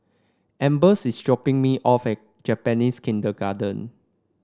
Ambers is dropping me off at Japanese Kindergarten